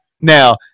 Now